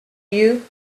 you